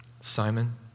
Simon